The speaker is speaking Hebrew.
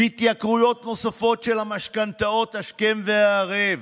התייקרויות נוספות של המשכנתאות השכם והערב,